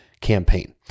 campaign